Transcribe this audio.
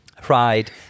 Pride